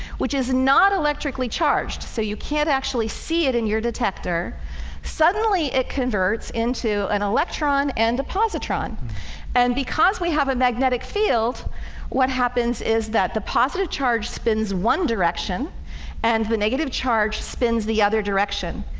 which is not electrically charged. so you can't actually see it in your detector suddenly it converts into an electron and a positron and because we have a magnetic field what happens is that the positive charge spins one direction and the negative charge spins the other direction?